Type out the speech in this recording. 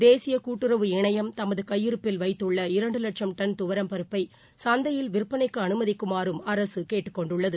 தேசியகூட்டுறவு இணையம் தமதுகையிருப்பில் வைத்துள்ள இரண்டுலட்சம் டன் துவரம் பருப்பைசந்தையில் விற்பனைக்குஅனுமதிக்குமாறும் அரசுகேட்டுக்கொண்டுள்ளது